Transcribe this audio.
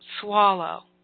swallow